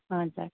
हजुर